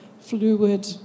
fluid